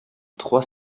trois